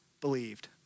believed